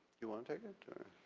you wanna take it?